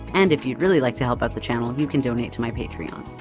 and if you'd really like to help out the channel, you can donate to my patreon.